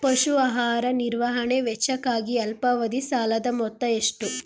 ಪಶು ಆಹಾರ ನಿರ್ವಹಣೆ ವೆಚ್ಚಕ್ಕಾಗಿ ಅಲ್ಪಾವಧಿ ಸಾಲದ ಮೊತ್ತ ಎಷ್ಟು?